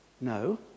No